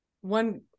One